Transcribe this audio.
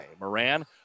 Moran